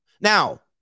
Now